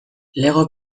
lego